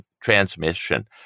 transmission